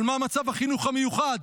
אבל מה מצב החינוך המיוחד?